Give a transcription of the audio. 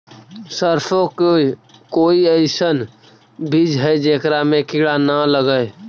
सरसों के कोई एइसन बिज है जेकरा में किड़ा न लगे?